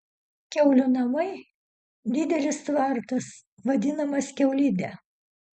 kiaulių namai didelis tvartas vadinamas kiaulide